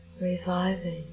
reviving